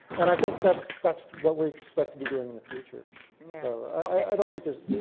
and i think that's that's what we expect to be doing in the future. so i don't think there's,